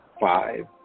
Five